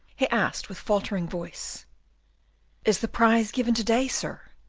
he asked, with faltering voice is the prize given to-day, sir?